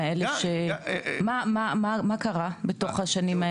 מה קרה בתוך השנים האלה?